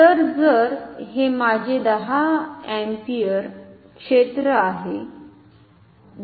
तर जर हे माझें 10 अँपिअर क्षेत्र आहे